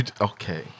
Okay